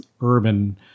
urban